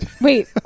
Wait